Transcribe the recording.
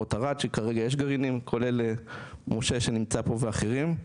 מבואות ערד שכרגע יש גרעינים כולל משה שנמצא פה ואחרים.